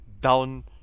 down